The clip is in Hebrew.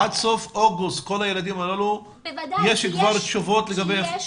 עד סוף אוגוסט לכל הילדים הללו יש כבר תשובות לגבי --- בוודאי,